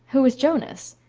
who is jonas?